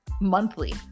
monthly